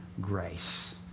grace